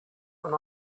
when